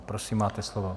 Prosím, máte slovo.